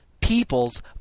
peoples